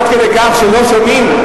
עד כדי כך שלא שומעים,